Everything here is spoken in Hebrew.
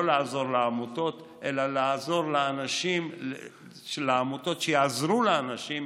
לא לעזור לעמותות אלא לעזור לאנשים של העמותות שיעזרו לאנשים,